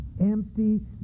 empty